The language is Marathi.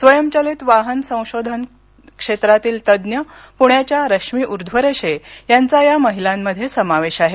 स्वयंचलित वाहन संशोधन क्षेत्रातील तज्ञ पुण्याच्या रश्मी ऊध्वरेषे यांचा या महिलांमध्ये समावेश आहे